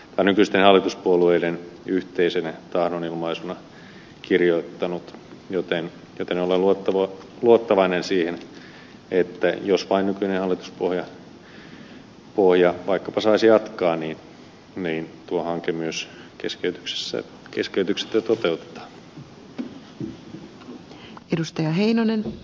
o nykyisten hallituspuolueiden yhteisenä tahdonilmaisuna kirjoittanut joten olen luottavainen siihen että jos vain nykyinen hallituspohja vaikkapa saisi jatkaa niin tuo hanke myös keskeytyksettä toteutetaan